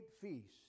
feast